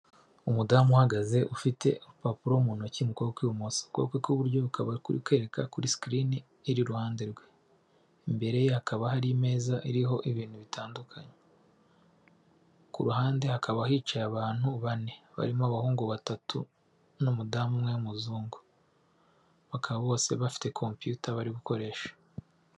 Umudamu uhagaze ufite urupapuro mu ntoki mu kuboko kw'ibumoso, ukuboko kw'iburyo kukaba kuri kwereka kuri sikirini iri iruhande rwe, imbere hakaba hari iriho ibintu bitandukanye, ku ruhande hakaba hicaye abantu bane barimo abahungu batatu n'umudamu umwe w'umuzungu, bakaba bose bafite kompiyuta bari gukoresha.